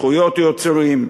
זכויות יוצרים.